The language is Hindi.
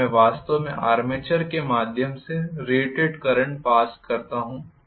अगर मैं वास्तव में आर्मेचर के माध्यम से रेटेड करंट पास करता हूं